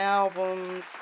albums